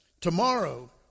Tomorrow